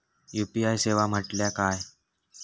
UPI सेवा म्हटल्या काय?